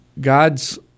God's